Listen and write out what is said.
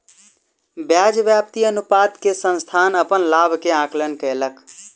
ब्याज व्याप्ति अनुपात से संस्थान अपन लाभ के आंकलन कयलक